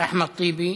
אחמד טיבי,